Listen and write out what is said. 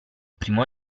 primo